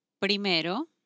primero